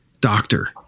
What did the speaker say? Doctor